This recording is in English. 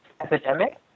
epidemic